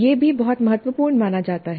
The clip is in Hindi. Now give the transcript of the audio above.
यह भी बहुत महत्वपूर्ण माना जाता है